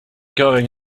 going